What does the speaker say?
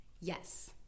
Yes